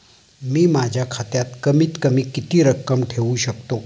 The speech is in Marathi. मी माझ्या खात्यात कमीत कमी किती रक्कम ठेऊ शकतो?